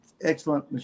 Excellent